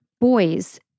boys